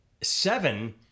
Seven